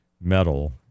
metal